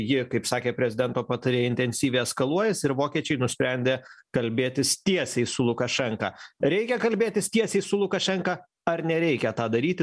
ji kaip sakė prezidento patarėja intensyviai eskaluojasi ir vokiečiai nusprendė kalbėtis tiesiai su lukašenka reikia kalbėtis tiesiai su lukašenka ar nereikia tą daryti